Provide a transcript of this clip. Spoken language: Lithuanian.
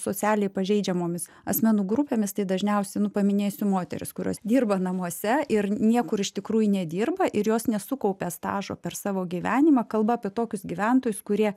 socialiai pažeidžiamomis asmenų grupėmis tai dažniausia nu paminėsiu moteris kurios dirba namuose ir niekur iš tikrųjų nedirba ir jos nesukaupė stažo per savo gyvenimą kalba apie tokius gyventojus kurie